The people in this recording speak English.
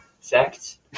sex